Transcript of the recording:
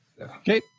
Okay